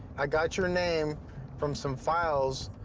i got your name from some files,